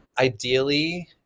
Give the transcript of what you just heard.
Ideally